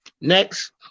next